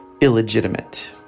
illegitimate